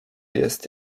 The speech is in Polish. jest